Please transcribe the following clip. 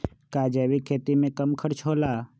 का जैविक खेती में कम खर्च होला?